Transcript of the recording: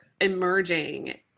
emerging